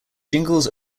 jingles